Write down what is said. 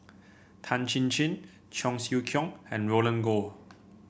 Tan Chin Chin Cheong Siew Keong and Roland Goh